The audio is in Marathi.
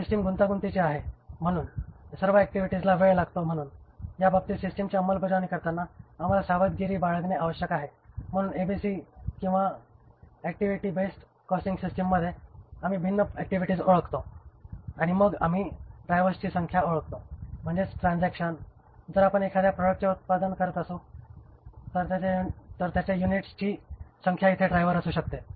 सिस्टम गुंतागुंतीची आहे म्हणून सर्व ऍक्टिव्हिटीजला वेळ लागतो म्हणून त्या बाबतीत सिस्टमची अंमलबजावणी करताना आम्हाला सावधगिरी बाळगणे आवश्यक आहे म्हणून एबीसी ऍक्टिव्हिटी बेस्ड कॉस्टिंग सिस्टममध्ये आम्ही भिन्न ऍक्टिव्हिटीज ओळखतो आणि मग आम्ही ड्रायव्हर्सची संख्या ओळखतो म्हणजेच ट्रान्झॅक्शन जर आपण एखाद्या प्रॉडक्टचे उत्पादन करत असू तर त्याच्या युनिट्स ची संख्या इथे ड्राइवर असू शकते